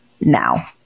now